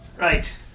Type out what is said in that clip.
right